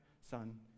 Son